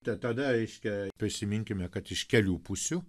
tai tada reiškia prisiminkime kad iš kelių pusių